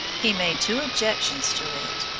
he made two objections to it.